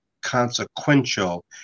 consequential